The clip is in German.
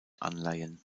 anleihen